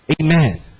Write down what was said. Amen